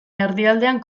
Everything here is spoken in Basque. erdialdean